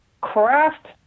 craft